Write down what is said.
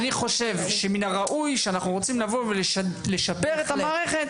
אני חושב שמין הראוי שאם אנחנו רוצים לבוא ולשפר את המערכת,